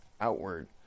outward